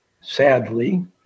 sadly